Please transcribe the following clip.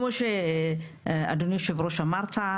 כמו שאדוני יושב הראש אמרת,